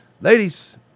ladies